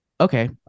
okay